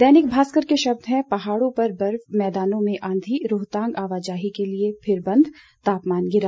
दैनिक भास्कर के शब्द हैं पहाड़ों पर बर्फ मैदानों में आंधी रोहतांग आवाजाही के लिए फिर बंद तापमान गिरा